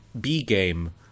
B-game